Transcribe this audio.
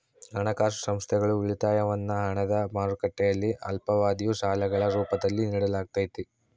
ಹಣಕಾಸು ಸಂಸ್ಥೆಗಳು ಉಳಿತಾಯವನ್ನು ಹಣದ ಮಾರುಕಟ್ಟೆಯಲ್ಲಿ ಅಲ್ಪಾವಧಿಯ ಸಾಲಗಳ ರೂಪದಲ್ಲಿ ನಿಡಲಾಗತೈತಿ